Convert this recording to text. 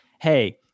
hey